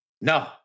No